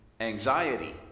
anxiety